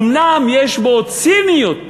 אומנם יש בזה ציניות